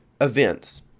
events